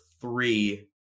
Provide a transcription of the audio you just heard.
three